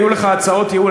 היו לך הצעות ייעול,